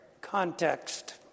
context